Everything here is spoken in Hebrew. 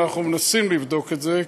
אנחנו מנסים לבדוק את זה,